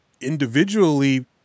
individually